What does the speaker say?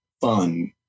fun